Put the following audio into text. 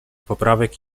poprawek